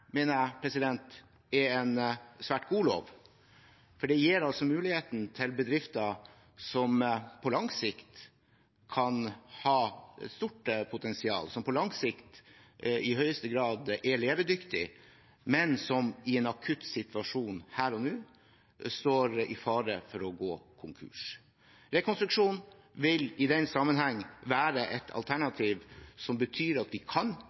en svært god lov, for den gir muligheter til bedrifter som på lang sikt kan ha et stort potensial, og som på lang sikt i høyeste grad er levedyktige, men som i en akutt situasjon her og nå står i fare for å gå konkurs. Rekonstruksjon vil i den sammenheng være et alternativ som betyr at vi kan